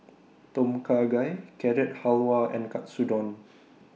Tom Kha Gai Carrot Halwa and Katsudon